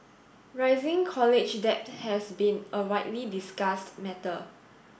rising college debt has been a widely discussed matter